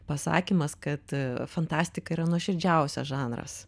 pasakymas kad fantastika yra nuoširdžiausias žanras